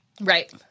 Right